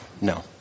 No